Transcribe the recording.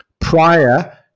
prior